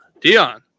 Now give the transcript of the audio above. Dion